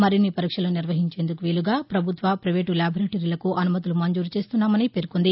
మరిన్ని పరీక్షలు నిర్వహించేందుకు వీలుగా ప్రభుత్వ పైవేటు ల్యాబొరేటరీలకు అనుమతులు మంజూరు చేస్తున్నామని పేర్కొంది